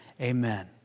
amen